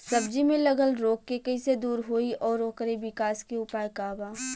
सब्जी में लगल रोग के कइसे दूर होयी और ओकरे विकास के उपाय का बा?